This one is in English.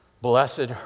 Blessed